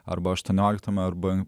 arba aštuonioliktam arba